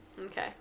okay